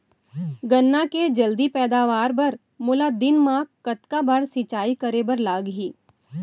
गन्ना के जलदी पैदावार बर, मोला दिन मा कतका बार सिंचाई करे बर लागही?